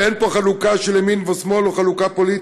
ואין פה חלוקה של ימין ושמאל או חלוקה פוליטית.